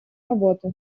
работы